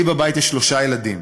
לי בבית יש שלושה ילדים,